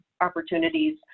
opportunities